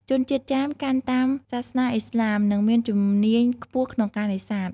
ជនជាតិចាមកាន់តាមសាសនាអ៊ីស្លាម និងមានជំនាញខ្ពស់ក្នុងការនេសាទ។